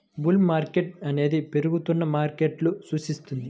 bull market అనేది పెరుగుతున్న మార్కెట్ను సూచిస్తుంది